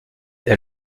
est